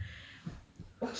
mm that's why